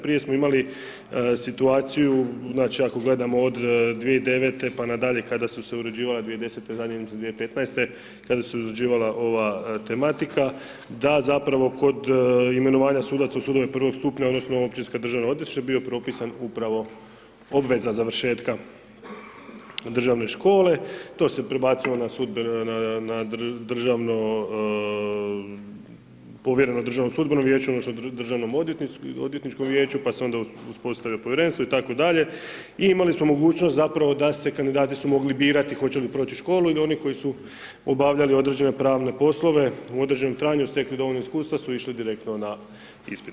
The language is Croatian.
Prije smo imali situaciju, znači, ako gledamo od 2009., pa na dalje, kada su se uređivale 2010., zadnje mislim 2015., kada se uređivala ova tematika, da zapravo kod imenovanja sudaca u sudove prvog stupnja odnosno Općinska državna odvjetništva bio propisan upravo obveza završetka državne škole, to se prebacilo na Državno, povjereno Državnom sudbenom vijeću odnosno Državnom odvjetničkom vijeću, pa se onda uspostavilo Povjerenstvo itd. i imali smo mogućnost zapravo da se, kandidati su mogli birati hoće li proći školu ili oni koji su obavljali određene pravne poslove u određenom trajanju stekli dovoljno iskustava, su išli direktno na ispit.